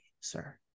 sir